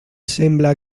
sembla